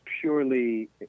purely –